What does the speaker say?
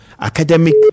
academic